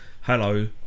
hello